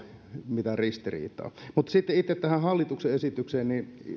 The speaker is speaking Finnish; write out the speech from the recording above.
mitään ristiriitaa mutta sitten itse tähän hallituksen esitykseen